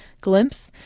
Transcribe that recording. Glimpse